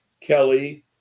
Kelly